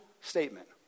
statement